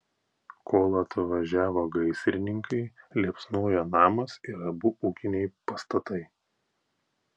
kol atvažiavo gaisrininkai liepsnojo namas ir abu ūkiniai pastatai